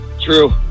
True